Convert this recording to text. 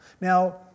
Now